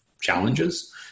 challenges